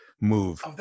move